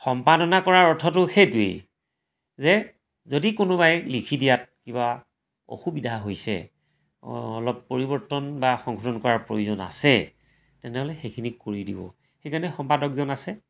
সম্পাদনা কৰাৰ অৰ্থটো সেইটোৱেই যে যদি কোনোবাই লিখি দিয়াত কিবা অসুবিধা হৈছে অলপ পৰিৱৰ্তন বা সংশোধন কৰাৰ প্ৰয়োজন আছে তেনেহ'লে সেইখিনি কৰি দিব সেইকাৰণে সম্পাদকজন আছে